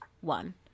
one